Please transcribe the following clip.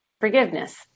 Forgiveness